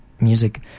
music